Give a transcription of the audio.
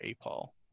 Apol